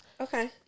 Okay